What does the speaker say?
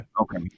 Okay